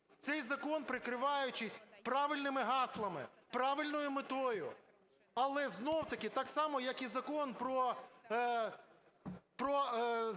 Цей закон, прикриваючись правильними гаслами, правильною метою, але знову-таки так само, як і Закон про